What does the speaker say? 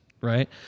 right